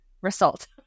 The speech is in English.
Result